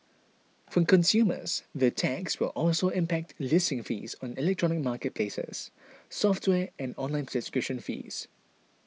for consumers the tax will also impact listing fees on electronic marketplaces software and online subscription fees